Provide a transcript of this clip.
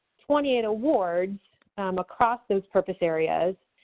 twenty eight awards across those purpose areas,